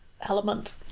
element